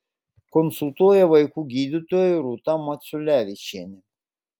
konsultuoja vaikų gydytoja rūta maciulevičienė